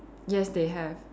yes they have